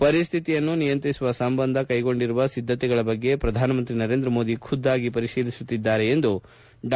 ಪರಿಸ್ಟಿತಿಯನ್ನು ನಿಯಂತ್ರಿಸುವ ಸಂಬಂಧ ಕೈಗೊಂಡಿರುವ ಸಿದ್ದತೆಗಳ ಬಗ್ಗೆ ಪ್ರಧಾನಮಂತ್ರಿ ನರೇಂದ್ರ ಮೋದಿ ಖುದ್ವಾಗಿ ಪರಿಶೀಲಿಸುತ್ತಿದ್ದಾರೆ ಎಂದು ಡಾ